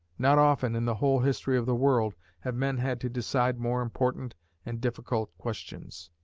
not often, in the whole history of the world, have men had to decide more important and difficult questions.